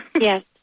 Yes